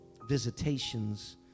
visitations